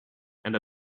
and